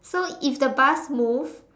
so if the bus move